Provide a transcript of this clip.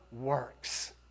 works